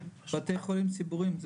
בתי חולים ציבוריים,